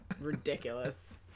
Ridiculous